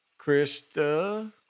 Krista